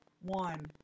one